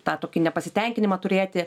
tą tokį nepasitenkinimą turėti